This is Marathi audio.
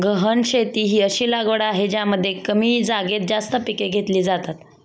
गहन शेती ही अशी लागवड आहे ज्यामध्ये कमी जागेत जास्त पिके घेतली जातात